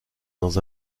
dans